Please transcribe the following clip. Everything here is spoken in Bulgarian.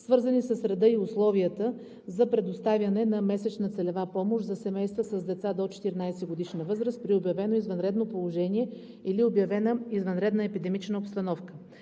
свързани с реда и условията за предоставяне на месечна целева помощ за семейства с деца до 14-годишна възраст при обявено извънредно положение или обявена извънредна епидемична обстановка.